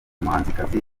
muhanzikazi